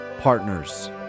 partners